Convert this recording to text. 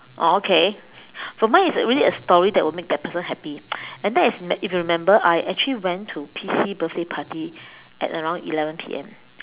oh okay so mine is really a story that will make that person happy and that is if you remember I actually went to P_C birthday party at around eleven P_M